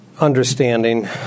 understanding